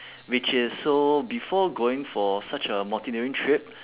which is so before going for such a mountaineering trip